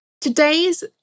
today's